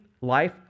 life